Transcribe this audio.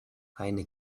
eine